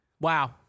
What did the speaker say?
Wow